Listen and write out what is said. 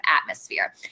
atmosphere